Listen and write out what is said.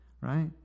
right